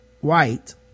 white